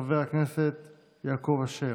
חבר הכנסת יעקב אשר.